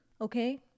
Okay